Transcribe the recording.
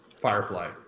Firefly